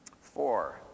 Four